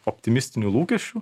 optimistinių lūkesčių